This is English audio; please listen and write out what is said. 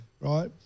Right